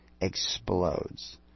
explodes